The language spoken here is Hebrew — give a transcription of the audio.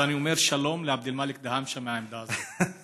אז אני אומר שלום לעבד-אלמאלכ דהאמשה מהעמדה הזאת,